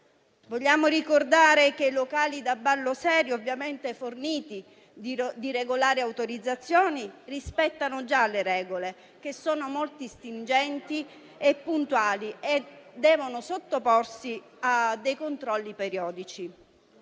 Vogliamo ricordare che i locali da ballo serio, ovviamente forniti di regolari autorizzazioni, rispettano già le regole, che sono molti stringenti e puntuali, e devono sottoporsi a dei controlli periodici.